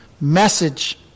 message